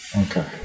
Okay